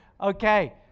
Okay